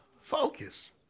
focus